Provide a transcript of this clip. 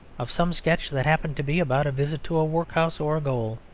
of some sketch that happened to be about a visit to a workhouse or a gaol.